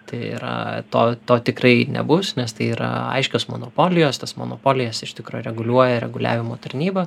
tai yra to to tikrai nebus nes tai yra aiškios monopolijos tas monopolijas iš tikro reguliuoja reguliavimo tarnyba